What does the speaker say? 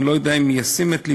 אני לא יודע אם ישים את לבו,